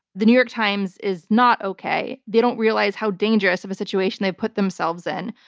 the new york times is not okay. they don't realize how dangerous of a situation they've put themselves in.